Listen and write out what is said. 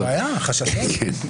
אין בעיה, חששות.